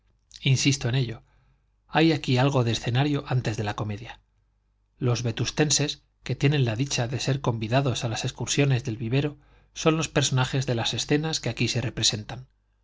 insisto en ello hay aquí algo de escenario antes de la comedia los vetustenses que tienen la dicha de ser convidados a las excursiones del vivero son los personajes de las escenas que aquí se representan